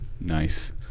Nice